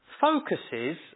focuses